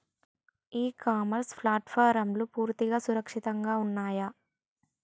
ఇ commerce ప్లాట్ఫారమ్లు పూర్తిగా సురక్షితంగా ఉన్నయా?